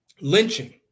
lynching